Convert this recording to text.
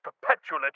perpetual